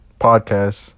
podcasts